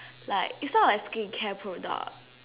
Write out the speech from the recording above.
like it's not like skincare product